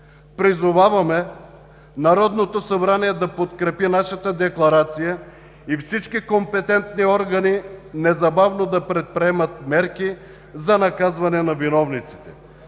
Призоваваме Народното събрание да подкрепи нашата декларация и всички компетентни органи незабавно да предприемат мерки за наказване на виновниците.